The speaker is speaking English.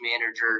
manager